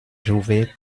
jouvet